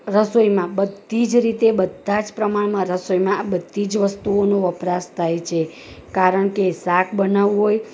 રસોઈમાં બધી જ રીતે બધાં જ પ્રમાણમાં રસોઈમાં આ બધી જ વસ્તુઓનો વપરાશ થાય છે કારણ કે શાક બનાવવું હોય